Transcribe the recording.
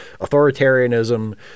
authoritarianism